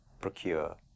procure